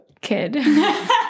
kid